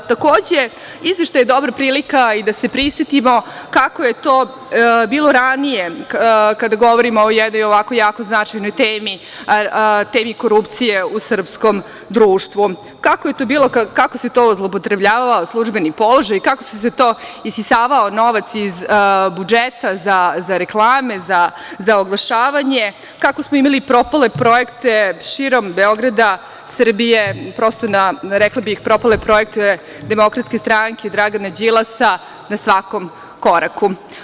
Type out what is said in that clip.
Izveštaj je dobra prilika i da se prisetimo kako je to bilo ranije, kada govorimo o jednoj ovako jako značajnoj temi, temi korupcije u srpskom društvu, kako je to bilo, kako se zloupotrebljavao službeni položaj, kako se to isisavao novac iz budžeta za reklame, za oglašavanje, kako smo imali propale projekte širom Beograda, Srbije, propale projekte DS, Dragana Đilasa, na svakom koraku.